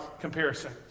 comparison